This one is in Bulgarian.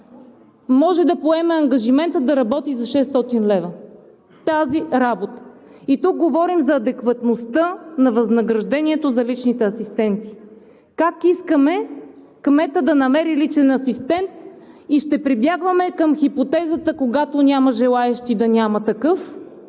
може да поеме ангажимента да работи за 600 лв. тази работа? И тук говорим за адекватността на възнаграждението за личните асистенти. Как искаме кмета да намери личен асистент и ще прибягваме към хипотезата, когато няма желаещи да няма такъв?